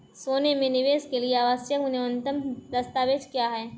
सोने में निवेश के लिए आवश्यक न्यूनतम दस्तावेज़ क्या हैं?